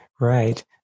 Right